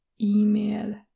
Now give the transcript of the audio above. email